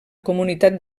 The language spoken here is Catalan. comunitat